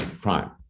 crime